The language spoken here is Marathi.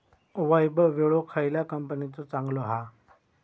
वैभव विळो खयल्या कंपनीचो चांगलो हा?